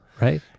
right